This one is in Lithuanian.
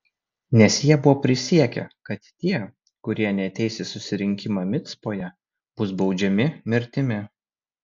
nes jie buvo prisiekę kad tie kurie neateis į susirinkimą micpoje bus baudžiami mirtimi